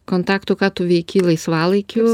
kontaktų ką tu veiki laisvalaikiu